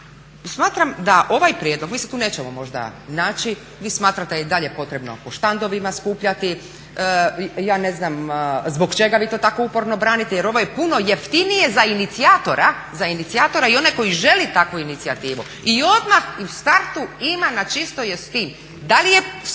smatram da ovaj prijedlog, mi se tu nećemo možda naći, vi smatrate da je i dalje potrebno po štandovima skupljati, ja ne znam zbog čega vi to tako uporno branite jer ovo je puno jeftinije za inicijatora i one koji žele takvu inicijativu. I odmah i u startu ima i na čisto je s tim